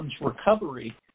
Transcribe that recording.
recovery